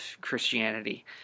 Christianity